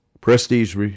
Prestige